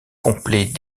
complet